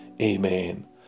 amen